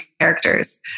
characters